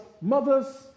mothers